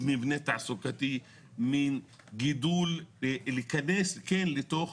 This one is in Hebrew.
ממבנה תעסוקתי, מגידול, להכנס כן לתוך